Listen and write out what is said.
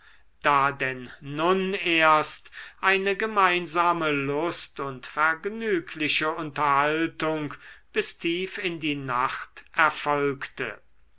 da denn nun erst eine gemeinsame lust und vergnügliche unterhaltung bis tief in die nacht erfolgte